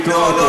לקטוע אותו,